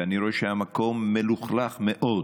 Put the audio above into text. ואני רואה שהמקום מלוכלך מאוד.